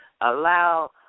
allow